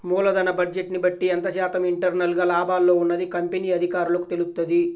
మూలధన బడ్జెట్ని బట్టి ఎంత శాతం ఇంటర్నల్ గా లాభాల్లో ఉన్నది కంపెనీ అధికారులకు తెలుత్తది